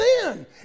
sin